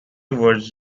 was